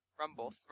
Rumble